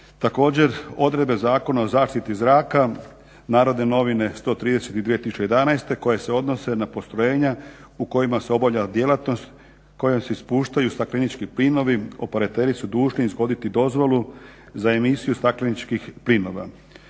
Također, odredbe Zakona o zaštiti zraka, NN 130/11. koje se odnose na postrojenja u kojima se obavlja djelatnost kojom se ispuštaju staklenički plinovi operateri su dužni ishoditi dozvolu za emisiju stakleničkih plinova.